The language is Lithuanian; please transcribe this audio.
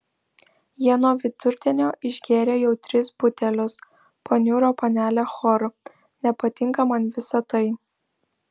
jie nuo vidurdienio išgėrė jau tris butelius paniuro panelė hor nepatinka man visa tai